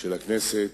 של הכנסת,